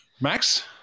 max